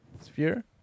sphere